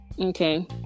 Okay